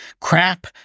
crap-